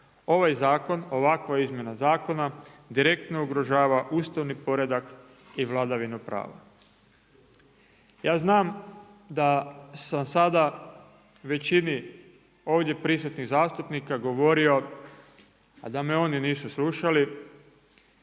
Ovaj zakon, ovakva izmjena zakona direktno ugrožava ustavni poredak i vladavinu prava. Ja znam da sam sada većini ovdje prisutnih zastupnika govorio a da me oni nisu slušali,